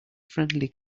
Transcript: friendly